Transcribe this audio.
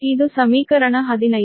ಇದು ಸಮೀಕರಣ 15